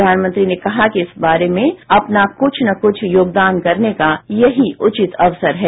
प्रधानमंत्री ने कहा कि इस बारे में अपना कृष्ठ न क्छ योगदान करने का यही उचिंत अवसर है